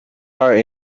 are